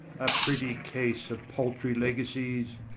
a pretty case of paltry legacies!